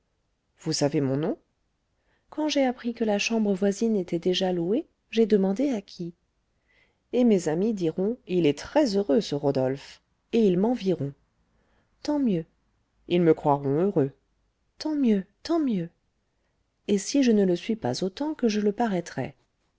vous savez mon nom quand j'ai appris que la chambre voisine était déjà louée j'ai demandé à qui et mes amis diront il est très-heureux ce rodolphe et ils m'envieront tant mieux ils me croiront heureux tant mieux tant mieux et si je ne le suis pas autant que je le paraîtrai